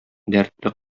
дәртле